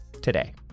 today